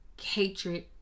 hatred